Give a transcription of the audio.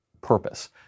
purpose